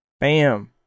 Bam